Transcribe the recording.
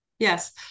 Yes